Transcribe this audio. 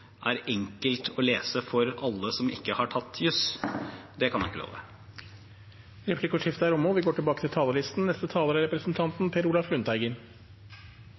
er enkelt å lese for alle som ikke har tatt juss. Det kan jeg ikke love. Replikkordskiftet